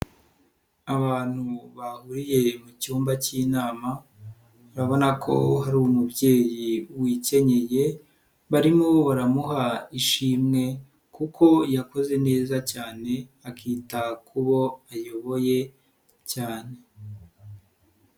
Abantu bahuriye mu cyumba cy'inama, urabona ko hari umubyeyi wikenyeye barimo baramuha ishimwe kuko yakoze neza cyane akita ku bo ayoboye cyane.